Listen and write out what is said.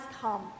come